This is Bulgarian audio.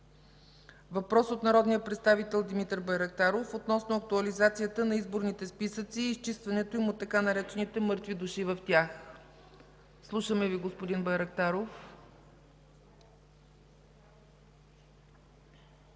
Въпрос от народния представител Димитър Байрактаров относно актуализацията на изборните списъци и изчистването им от така наречените „мъртви души” в тях. Слушаме Ви, господин Байрактаров. ДИМИТЪР